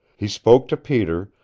he spoke to peter,